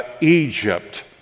Egypt